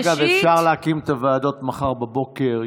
אגב, אפשר להקים את הוועדות מחר בבוקר.